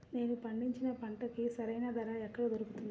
నేను పండించిన పంటకి సరైన ధర ఎక్కడ దొరుకుతుంది?